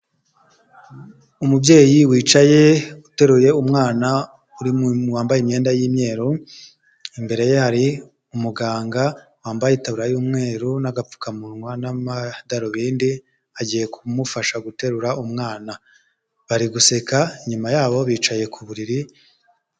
Umubyeyi wicaye uteruye umwana wambaye imyenda y'imyeru. Imbere ye hari umuganga wambaye itaburiya y'umweru n'agapfukamunwa n'amadarubindi, agiye kumufasha guterura umwana. Bari guseka inyuma yabo bicaye ku buriri.